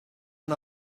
and